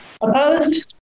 Opposed